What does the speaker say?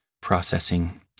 processing